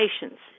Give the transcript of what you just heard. patients